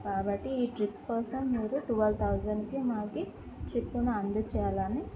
కాబట్టి ఈ ట్రిప్ కోసం మీరు ట్వెల్వ్ థౌజండ్కి మాకు ట్రిప్ను అందచెయ్యాలని